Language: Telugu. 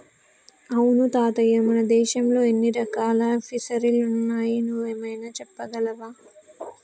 అవును తాతయ్య మన దేశంలో ఎన్ని రకాల ఫిసరీలున్నాయో నువ్వైనా సెప్పగలవా